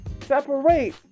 separate